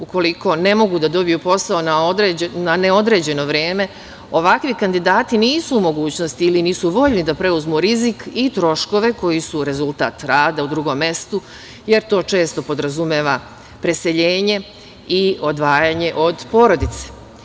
Ukoliko ne mogu da dobiju posao na neodređeno vreme, ovakvi kandidati nisu u mogućnosti ili nisu voljni da preuzmu rizik i troškove koji su rezultat rada u drugom mestu, jer to često podrazumeva preseljenje i odvajanje od porodice.